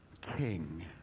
King